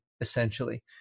essentially